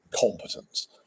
Competence